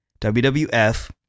wwf